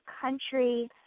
country